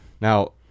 Now